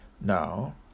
now